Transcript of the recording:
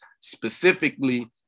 specifically